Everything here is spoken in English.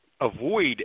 avoid